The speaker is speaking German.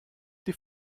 die